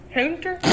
Hunter